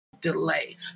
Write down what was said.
delay